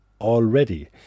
already